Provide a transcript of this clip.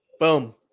Boom